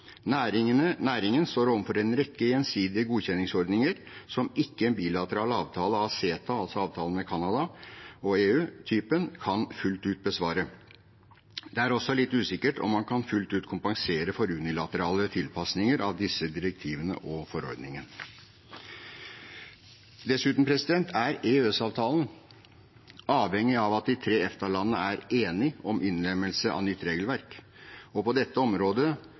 Næringen står overfor en rekke gjensidige godkjenningsordninger som ikke en bilateral avtale av CETA-typen» – altså avtalen mellom Canada og EU – «kan fullt ut besvare. Det er også litt usikkert om man kan fullt ut kompensere med unilateral tilpasning til alle disse direktivene og forordningene.» Dessuten er EØS-avtalen avhengig av at de tre EFTA-landene er enige om innlemmelse av nytt regelverk. På dette området